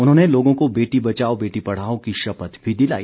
उन्होंने लोगों को बेटी बचाओ बेटी पढ़ाओ की शपथ भी दिलाई